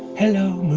hello, moon.